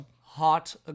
hot